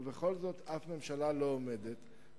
ובכל זאת אף ממשלה לא עומדת בזה,